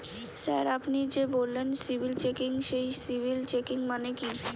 Sir আপনি যে বললেন সিবিল চেকিং সেই সিবিল চেকিং মানে কি?